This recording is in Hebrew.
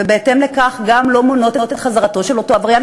ובהתאם לכך גם לא מונעות את חזרתו של אותו עבריין,